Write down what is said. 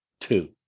two